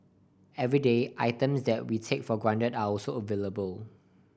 everyday items that we take for granted are also available